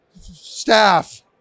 staff